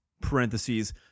parentheses